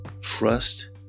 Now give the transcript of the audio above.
trust